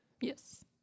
yes